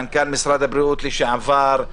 מנכ"ל משרד הבריאות לשעבר,